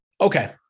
okay